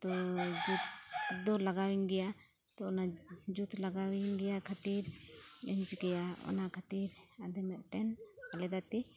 ᱛᱚ ᱡᱩᱛ ᱫᱚ ᱞᱟᱜᱟᱣᱤᱧ ᱜᱮᱭᱟ ᱛᱚ ᱚᱱᱟ ᱡᱩᱛ ᱞᱟᱜᱣᱤᱧ ᱜᱮᱭᱟ ᱠᱷᱟᱛᱤᱨ ᱪᱮᱫ ᱤᱧ ᱪᱤᱠᱟᱹᱭᱟ ᱚᱱᱟ ᱠᱷᱟᱛᱤᱨ ᱟᱫᱚ ᱢᱤᱫᱴᱮᱱ ᱟᱞᱟᱫᱟᱛᱮ